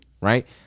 right